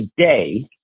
today